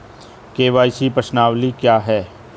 KYC प्रश्नावली क्या है?